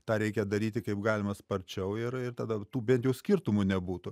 tą reikia daryti kaip galima sparčiau ir ir tada tų bet jau skirtumų nebūtų